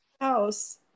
house